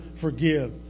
forgive